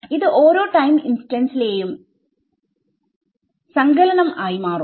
ഇത് ഓരോ ടൈം ഇൻസ്റ്റന്റിലെയും സങ്കലനം ആയി മാറും